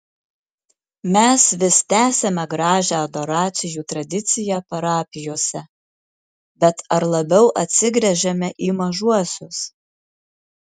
mes vis tęsiame gražią adoracijų tradiciją parapijose bet ar labiau atsigręžiame į mažuosius